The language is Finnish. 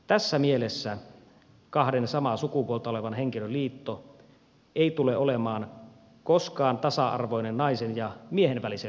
tässä mielessä kahden samaa sukupuolta olevan henkilön liitto ei tule olemaan koskaan tasa arvoinen naisen ja miehen välisen liiton kanssa